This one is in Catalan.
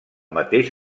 mateix